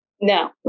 No